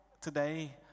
today